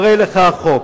והרי לך החוק.